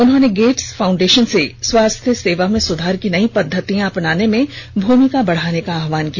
उन्होंने Gates foundation से स्वास्थ्य सेवा में सुधार की नई पद्धतियां अपनाने में भूमिका बढ़ाने का आहवान किया